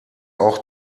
auch